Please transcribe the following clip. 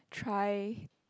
try